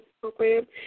Program